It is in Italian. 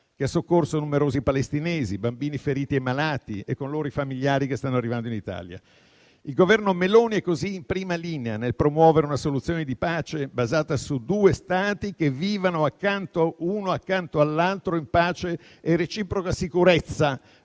che ha soccorso numerosi palestinesi, bambini feriti e malati e con loro i familiari che stanno arrivando in Italia. Il Governo Meloni è così in prima linea nel promuovere una soluzione di pace basata su due Stati che vivano uno accanto all'altro, in pace e reciproca sicurezza.